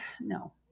no